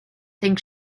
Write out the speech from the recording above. think